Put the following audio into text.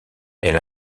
elle